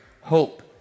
hope